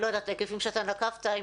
אני לא יודעת ההיקפים שאתה נקבת,